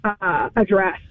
address